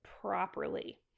properly